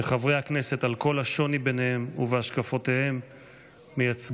שחברי הכנסת על כל השוני ביניהם ובהשקפותיהם מייצגים.